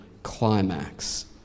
climax